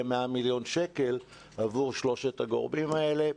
100 מיליון שקלים לשלושת התוכניות האלה.